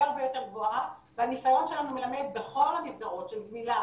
הרבה יותר גבוהה והניסיון שלנו מלמד בכל המסגרת של גמילה